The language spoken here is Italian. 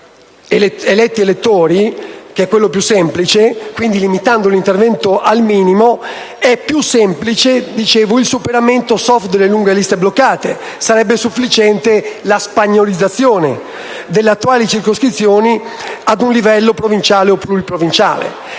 è più semplice prevedere il superamento *soft* delle lunghe liste bloccate, per cui sarebbe sufficiente la spagnolizzazione delle attuali circoscrizioni ad un livello provinciale o pluriprovinciale.